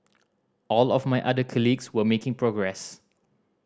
all of my other colleagues were making progress